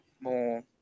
more